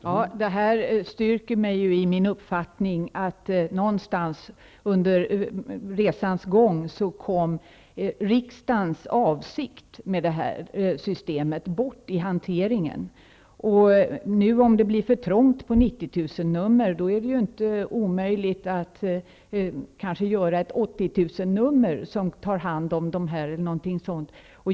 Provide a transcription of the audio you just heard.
Herr talman! Detta styrker mig i min uppfattning att riksdagens avsikt med det här systemet någonstans under resans gång kom bort i hanteringen. Om det blir för trångt på 90 000 numren är det kanske inte omöjligt att skapa ett 80 000-nummer eller någonting sådant.